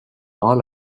all